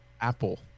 Apple